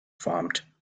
formt